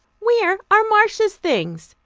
where are marcia's things?